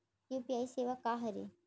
UPI सेवा का हरे?